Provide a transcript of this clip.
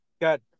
Good